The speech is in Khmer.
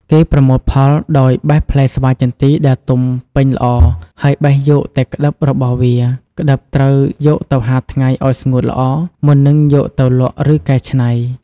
គេប្រមូលផលដោយ បេះផ្លែស្វាយចន្ទីដែលទុំពេញល្អ ហើយ បេះយកតែក្តិបរបស់វា ក្តិបត្រូវយកទៅហាលថ្ងៃឱ្យស្ងួតល្អ មុននឹងយកទៅលក់ឬកែច្នៃ។